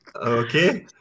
Okay